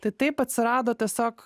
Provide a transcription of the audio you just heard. tai taip atsirado tiesiog